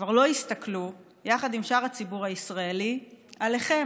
כבר לא יסתכלו יחד עם שאר הציבור הישראלי עליכם,